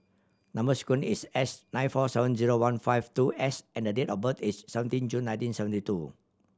number sequence is S nine four seven zero one five two S and date of birth is seventeen June nineteen seventy two